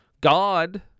God